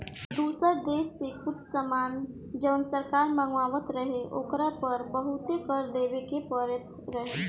दुसर देश से कुछ सामान जवन सरकार मँगवात रहे ओकरा पर बहुते कर देबे के परत रहे